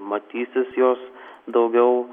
matysis jos daugiau